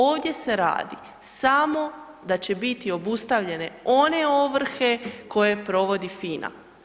Ovdje se radi samo da će biti obustavljene one ovrhe koje provodi FINA.